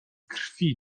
krwi